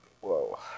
Whoa